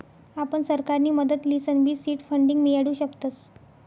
आपण सरकारनी मदत लिसनबी सीड फंडींग मियाडू शकतस